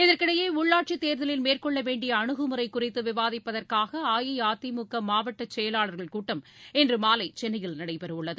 இதற்கிடையே உள்ளாட்சி தேர்தலில் மேற்கொள்ள வேண்டிய அனுகுமுறை குறித்து விவாதிப்பதற்காக அஇஅதிமுக மாவட்ட செயலாளர்கள் கூட்டம் இன்று மாலையில் சென்னையில் நடைபெறவுள்ளது